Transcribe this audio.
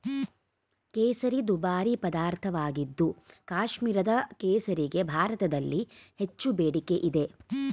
ಕೇಸರಿ ದುಬಾರಿ ಪದಾರ್ಥವಾಗಿದ್ದು ಕಾಶ್ಮೀರದ ಕೇಸರಿಗೆ ಭಾರತದಲ್ಲಿ ಹೆಚ್ಚು ಬೇಡಿಕೆ ಇದೆ